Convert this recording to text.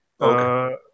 Okay